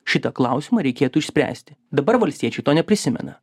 šitą klausimą reikėtų išspręsti dabar valstiečių to neprisimena